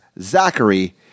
Zachary